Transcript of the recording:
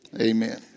amen